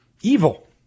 evil